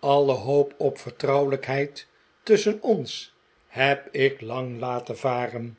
alle hoop op vertrouwelijkheid tusschen ons heb ik lang laten varen r